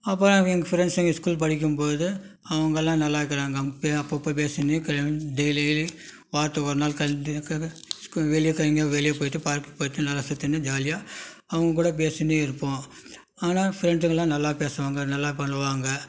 அப்புறோம் எங்கள் ஃப்ரெண்ட்ஸ்ங்க ஸ்கூல் படிக்கும் போது அவங்கள்லாம் நல்லா இருக்கறாங்க அவங்ககிட்ட அப்பப்போ பேசின்னு டெய்லி டெய்லி வாரத்தில் ஒரு நாள் ஸ்கூ வெளியே க எங்கையா வெளியே போய்விட்டு பார்க்குக்கு போய்விட்டு நல்லா சுற்றின்னு ஜாலியாக அவங்க கூட பேசினே இருப்போம் அதனால் ஃப்ரெண்டுங்கள்லாம் நல்லா பேசுவாங்க நல்லா பழகுவாங்க